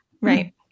Right